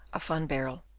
of van baerle.